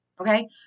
okay